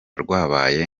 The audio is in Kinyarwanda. rwabaye